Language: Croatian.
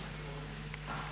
Hvala